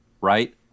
Right